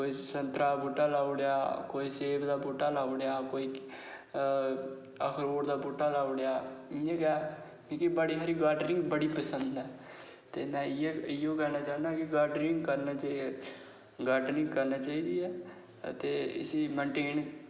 कोई संतरा दा बूह्टा लाई ओड़ेआ कई सेब दा बूह्टा लाई ओड़ेआ अखरोट दा बूह्टा लाई ओड़ेआ इंया गै बड़ी हारे गी गार्डनिंग बड़ी पसंद ऐ ते में इयै चाह्नां की गार्डनिंग करना चाहिदी ऐ ते गार्डनिंग करना चाहिदी ऐ ते इसी मैंटेन